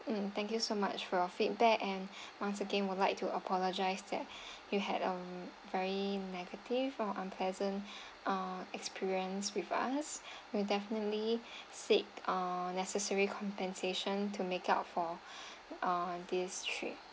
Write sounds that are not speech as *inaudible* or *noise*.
mm thank you so much for your feedback and *breath* once again we like to apologise that *breath* you had a very negative or unpleasant *breath* uh experience with us we'll definitely *breath* seek uh necessary compensation to make up for *breath* uh this trip